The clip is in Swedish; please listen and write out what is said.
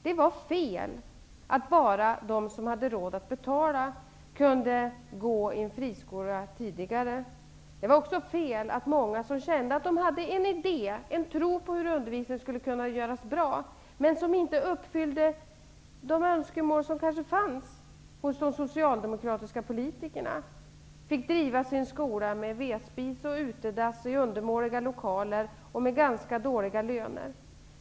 Det var fel, som det var tidigare, att bara de som hade råd att betala kunde låta sina barn gå i en friskola. Det var också fel att många som kände att de hade en idé, en tro på hur undervisningen skulle kunna göras bra, men som inte motsvarade de önskemål som fanns hos socialdemokratiska politiker, fick driva sin skola med vedspis och utedass, i undermåliga lokaler och med ganska dåliga löner.